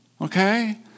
Okay